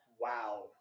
wow